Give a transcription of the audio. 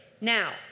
Now